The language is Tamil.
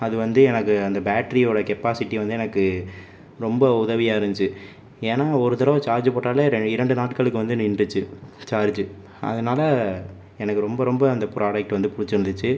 அது வந்து எனக்கு அந்த பேட்ரியோட கெப்பாசிட்டி வந்து எனக்கு ரொம்ப உதவியாக இருந்துச்சு ஏன்னால் ஒரு தடவை சார்ஜ் போட்டால் ரெ இரண்டு நாட்களுக்கு வந்து நின்றுச்சு சார்ஜ் அதனால் எனக்கு ரொம்ப ரொம்ப அந்த ப்ராடெக்ட் வந்து பிடிச்சிருந்துச்சு